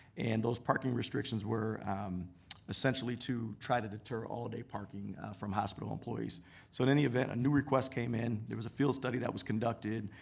and those parking restrictions were essentially to try to deter all day parking from hospital employees. so in any event a new request came in. it was a field study that was conducted.